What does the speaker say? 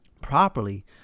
properly